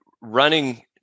running